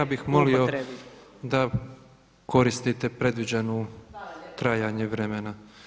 Ja bih molio da koristite predviđeno trajanje vremena.